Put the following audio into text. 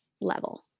level